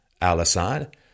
al-Assad